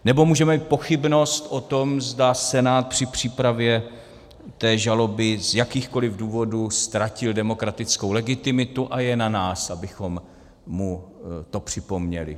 Nebo můžeme mít pochybnost o tom, zda Senát při přípravě té žaloby z jakýchkoli důvodů ztratil demokratickou legitimitu, a je na nás, abychom mu to připomněli.